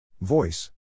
Voice